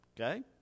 Okay